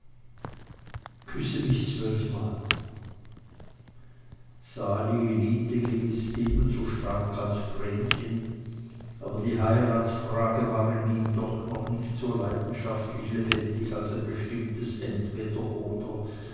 küsse mich zwölfmal sali liebte gewiß ebenso stark als vrenchen aber die heiratsfrage war in ihm doch nicht so leidenschaftlich lebendig als ein bestimmtes entweder oder